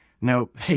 Nope